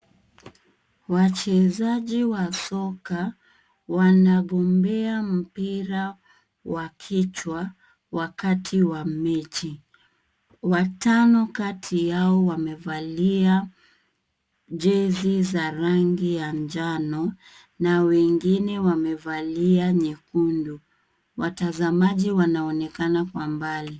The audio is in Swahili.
Wachezaji wa soka wanagombea mpira wa kichwa wakati wa mechi. Watano kati yao wamevalia jezi za rangi ya njano na wengine wamevalia nyekundu. Watazamaji wanaonekana kwa mbali.